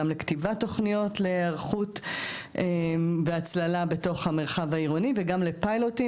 גם לכתיבת תוכניות להיערכות והצללה בתוך המרחב העירוני וגם לפיילוטים